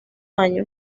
año